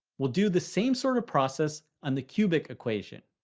we'll do the same sort of process on the cubic equation.